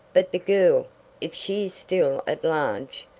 but the girl if she is still at large,